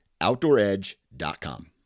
OutdoorEdge.com